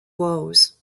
woes